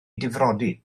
difrodi